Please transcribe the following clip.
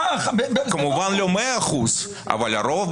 כמובן שלא 100%. למה,